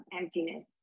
emptiness